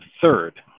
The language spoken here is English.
third